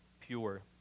pure